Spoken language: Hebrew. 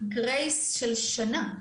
יש גרייס של שנה בקרן.